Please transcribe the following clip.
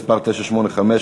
מס' 985,